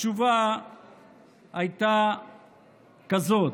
התשובה הייתה כזאת: